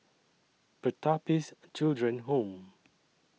Pertapis Children Home